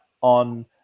on